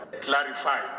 clarified